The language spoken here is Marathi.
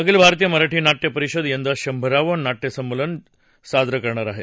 अखिल भारतीय मराठी नाट्य परिषद यंदा शंभरावं नाट्य संमेलन साजरं करणार आहे